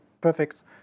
perfect